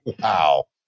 Wow